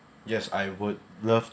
yes I would love